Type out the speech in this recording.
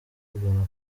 ugana